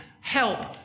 help